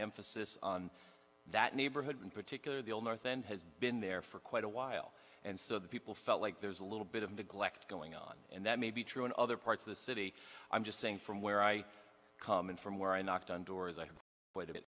emphasis on that neighborhood in particular the north end has been there for quite a while and so the people felt like there's a little bit of the glass going on and that may be true in other parts of the city i'm just saying from where i come in from where i knocked on doors i have quite a bit